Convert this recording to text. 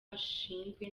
ashinzwe